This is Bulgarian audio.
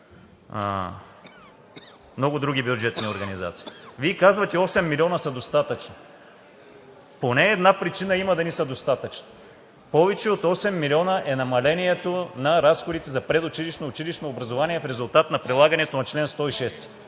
много други бюджетни организации. Вие казвате: осем милиона са достатъчни. Поне една причина има да не са достатъчни – повече от осем милиона е намалението на разходите за предучилищно и училищно образование, в резултат на прилагането на чл. 106.